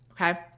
okay